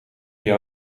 die